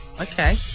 Okay